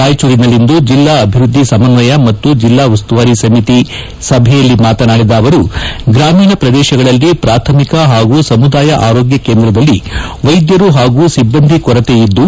ರಾಯಚೂರಿನಲ್ಲಿಂದು ಜೆಲ್ಲಾ ಅಭಿವೃದ್ದಿ ಸಮನ್ವಯ ಮತ್ತು ಜೆಲ್ಲಾ ಉಸ್ತುವಾರಿ ಸಮಿತಿ ಸಭೆಯಲ್ಲೂ ಅಧ್ಯಕ್ಷತೆ ವಹಿಸಿ ಮಾತನಾಡಿದ ಅವರು ಗ್ರಾಮೀಣ ಪ್ರದೇಶಗಳಲ್ಲಿ ಪ್ರಾಥಮಿಕ ಹಾಗೂ ಸಮುದಾಯ ಆರೋಗ್ಯ ಕೇಂದ್ರದಲ್ಲಿ ವೈದ್ಯರು ಹಾಗೂ ಸಿಬ್ಬಂದಿ ಕೊರತೆ ಇದ್ದು